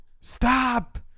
stop